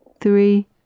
three